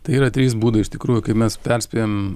tai yra trys būdai iš tikrųjų kai mes perspėjam